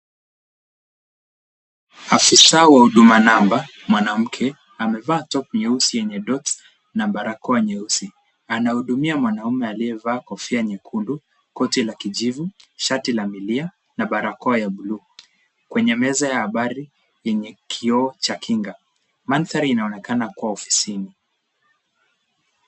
Afisa wa Huduma Namba mwanamke, amevaa top nyeusi yenye dots na barakoa nyeusi. Anahudumia mwanaume aliyevaa kofia nyekundu, koti la kijivu, shati la milia na barakoa ya blue kwenye meza ya habari yenye kioo cha kinga. Mandhari inaonekana kuwa ofisini.